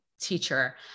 teacher